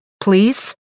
Please